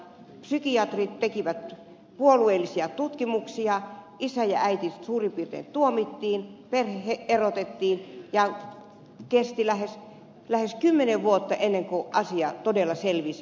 psykiatrit tekivät puolueellisia tutkimuksia isä ja äiti suurin piirtein tuomittiin perhe erotettiin ja kesti lähes kymmenen vuotta ennen kuin asia todella selvisi